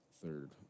Third